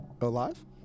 alive